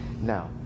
Now